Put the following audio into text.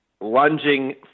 lunging